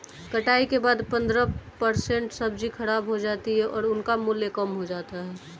कटाई के बाद पंद्रह परसेंट सब्जी खराब हो जाती है और उनका मूल्य कम हो जाता है